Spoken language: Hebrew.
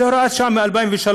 זו הוראת שעה מ-2003.